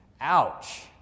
Ouch